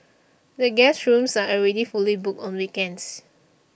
the guest rooms are already fully booked on weekends